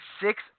six